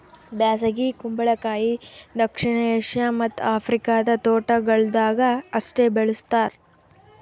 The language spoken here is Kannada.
ಬ್ಯಾಸಗಿ ಕುಂಬಳಕಾಯಿ ದಕ್ಷಿಣ ಏಷ್ಯಾ ಮತ್ತ್ ಆಫ್ರಿಕಾದ ತೋಟಗೊಳ್ದಾಗ್ ಅಷ್ಟೆ ಬೆಳುಸ್ತಾರ್